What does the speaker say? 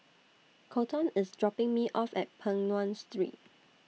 Kolton IS dropping Me off At Peng Nguan Street